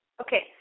Okay